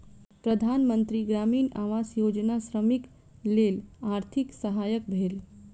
प्रधान मंत्री ग्रामीण आवास योजना श्रमिकक लेल आर्थिक सहायक भेल